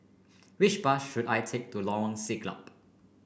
which bus should I take to Lorong Siglap